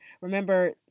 Remember